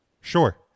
Sure